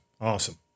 Awesome